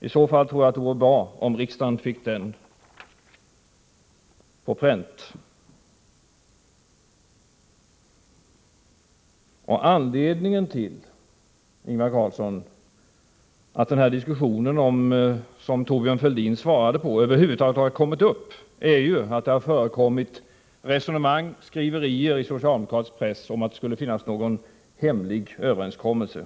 I så fall tror jag att det vore bra om riksdagen fick den på pränt. Anledningen till att denna diskussion, som Thorbjörn Fälldin bemötte, över huvud taget har kommit i gång är, Ingvar Carlsson, att det har förekommit resonemang och skriverier i socialdemokratisk press om att det skulle finnas någon hemlig överenskommelse.